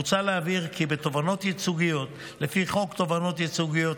מוצע להבהיר כי בתובענות ייצוגיות לפי חוק תובענות ייצוגיות,